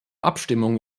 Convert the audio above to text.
abstimmung